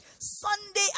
Sunday